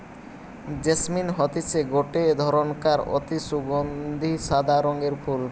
jasmine হতিছে গটে ধরণকার অতি সুগন্ধি সাদা রঙের ফুল